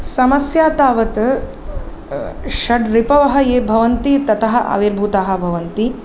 समस्या तावत् षड्रिपवः ये भवन्ति ततः आविर्भूताः भवन्ति